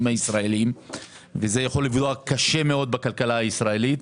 הישראליים ויכול לפגוע קשה מאוד בכלכלה הישראלית.